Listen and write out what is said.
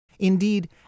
Indeed